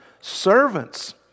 servants